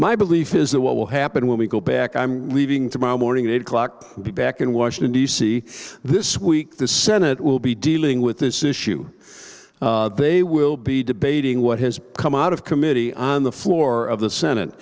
my belief is that what will happen when we go back i'm leaving tomorrow morning eight o'clock be back in washington d c this week the senate will be dealing with this issue they will be debating what has come out of committee on the floor of the